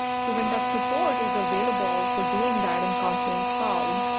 so when that support is available for doing that in confluent cloud,